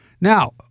Now